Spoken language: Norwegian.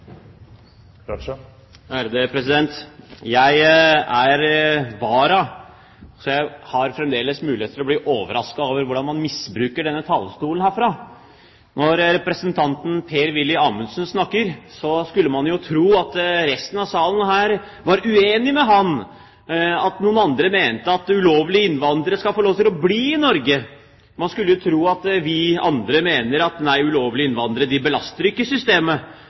så jeg har fremdeles mulighet til å bli overrasket over hvordan man misbruker denne talerstolen. Når representanten Per-Willy Amundsen snakker, skulle man jo tro at resten av salen her var uenig med ham – at noen andre mener at ulovlige innvandrere skal få lov til å bli i Norge. Man skulle jo tro at vi andre mener at nei, ulovlige innvandrere belaster ikke systemet, og at kanskje vi andre mener at nei, de utnytter ikke systemet.